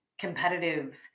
competitive